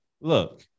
look